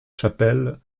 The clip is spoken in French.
chapelle